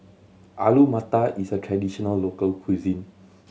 Alu Matar is a traditional local cuisine